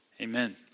Amen